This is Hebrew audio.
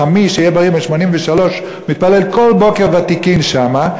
חמי, שיהיה בריא, בן 83, מתפלל כל בוקר ותיקין שם,